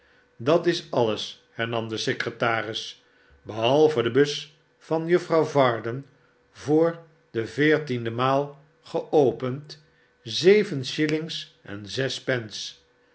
dat is alles hernam de secretaris behalve de bus van juffrouw varden voor de veertiende maal geopend zeven shillings en zes pence